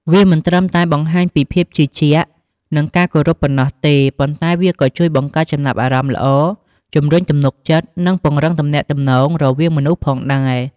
វាមិនត្រឹមតែបង្ហាញពីភាពជឿជាក់ និងការគោរពប៉ុណ្ណោះទេ ប៉ុន្តែវាក៏ជួយបង្កើតចំណាប់អារម្មណ៍ល្អ ជំរុញទំនុកចិត្ត និងពង្រឹងទំនាក់ទំនងរវាងមនុស្សផងដែរ។